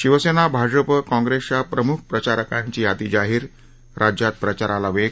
शिवसेना भाजप काँग्रेसच्या प्रमख प्रचारकांची यादी जाहीर राज्यात प्रचाराला वेग